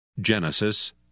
Genesis